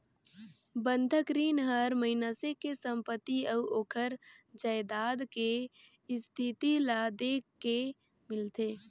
बंधक रीन हर मइनसे के संपति अउ ओखर जायदाद के इस्थिति ल देख के मिलथे